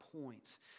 points